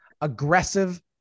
aggressive